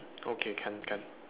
okay can can